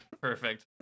Perfect